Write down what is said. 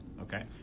Okay